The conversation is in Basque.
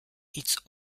hitz